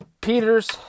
Peters